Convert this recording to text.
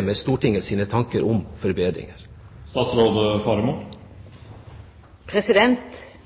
med Stortinget?